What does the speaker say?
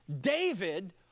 David